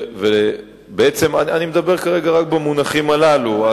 אני מדבר כרגע רק במונחים הללו.